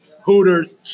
Hooters